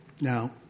Now